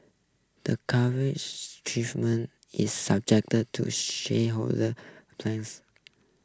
the is subject to shareholder